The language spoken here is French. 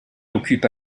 occupe